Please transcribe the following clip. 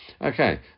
Okay